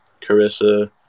Carissa